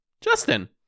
Justin